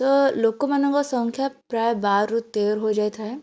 ତ ଲୋକମାନଙ୍କ ସଂଖ୍ୟା ପ୍ରାୟ ବାର ରୁ ତେର ହୋଇ ଯାଇଥାଏ